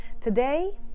Today